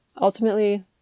ultimately